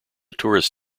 tourist